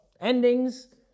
endings